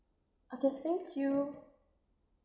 okay thank you